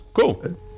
Cool